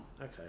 Okay